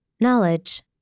knowledge